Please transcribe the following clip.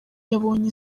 yabonye